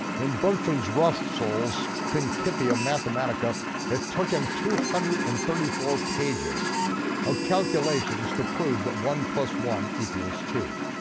in bertrand russell's principia mathematica it took him two hundred and thirty four pages of calculations to prove that one plus one equals two.